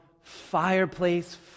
fireplace